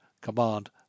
command